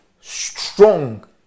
strong